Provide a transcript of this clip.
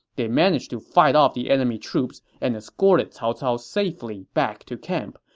they managed to fight off the enemy troops and escorted cao cao safely back to camp,